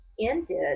ended